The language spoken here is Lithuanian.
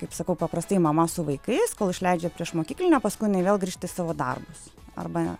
kaip sakau paprastai mama su vaikais kol išleidžia į priešmokyklinį o paskui jinai vėl grįžta į savo darbus arba